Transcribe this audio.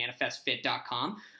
ManifestFit.com